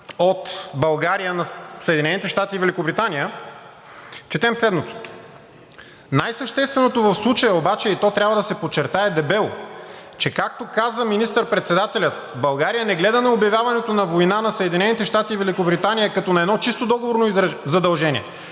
от България на Съединените щати и Великобритания, четем следното: „Най-същественото в случая обаче, и то трябва да се подчертае дебело, че както каза министър-председателят, България не гледа на обявяването на война на Съединените щати и Великобритания като на едно чисто договорно задължение,